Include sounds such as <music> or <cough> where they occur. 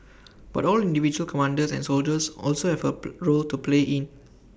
but all individual commanders and soldiers also have A <unintelligible> role to play in